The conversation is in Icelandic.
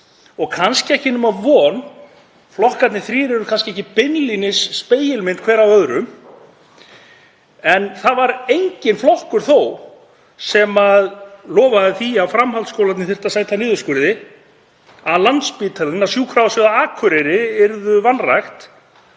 og kannski ekki nema von. Flokkarnir þrír eru ekki beinlínis spegilmynd hver af öðrum en það var þó enginn flokkur sem lofaði því að framhaldsskólarnir þyrftu að sæta niðurskurði, að Landspítalinn og Sjúkrahúsið á Akureyri yrðu vanrækt,